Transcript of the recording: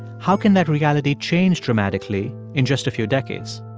how can that reality change dramatically in just a few decades?